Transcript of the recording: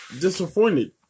disappointed